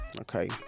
okay